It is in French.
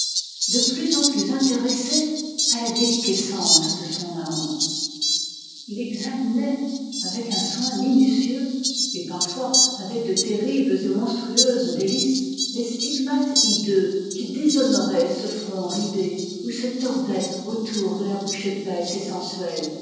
de plus en plus intéressé à la déliquescence de son âme il examinait avec un soin minutieux et parfois avec de terribles et monstrueuses délices les stigmates hideux qui déshonoraient ce front ridé ou se tordaient autour de la bouche épaisse et sensuelle